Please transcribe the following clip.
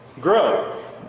grow